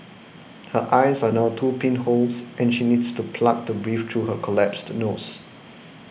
her eyes are now two pinholes and she needs to plugs to breathe through her collapsed nose